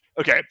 okay